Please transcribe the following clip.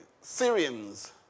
Syrians